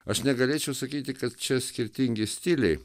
aš negalėčiau sakyti kad čia skirtingi stiliai